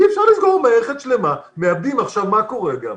אי אפשר לסגור מערכת שלמה עכשיו מה קורה גם?